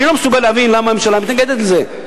אני לא מסוגל להבין למה הממשלה מתנגדת לזה,